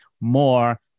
more